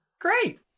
Great